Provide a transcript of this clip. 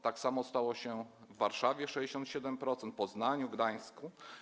Tak samo stało się w Warszawie - 67% - w Poznaniu, Gdańsku.